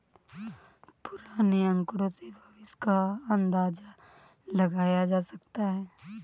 पुराने आकड़ों से भविष्य का अंदाजा लगाया जा सकता है